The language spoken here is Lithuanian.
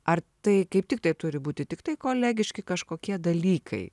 ar tai kaip tiktai turi būti tiktai kolegiški kažkokie dalykai